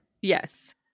Yes